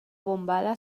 bombada